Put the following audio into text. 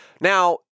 Now